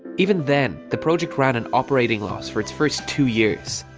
even then the project ran an operating loss for it's first two years.